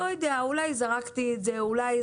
לא יודע, אולי זרקתי את זה.